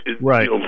right